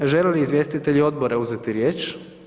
Žele li izvjestitelji odbora uzeti riječ?